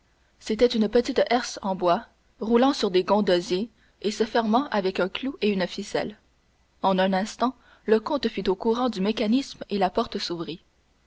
c'était une petite herse en bois roulant sur des gonds d'osier et se fermant avec un clou et une ficelle en un instant le comte fut au courant du mécanisme et la porte s'ouvrit